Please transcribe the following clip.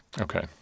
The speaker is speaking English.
Okay